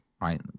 right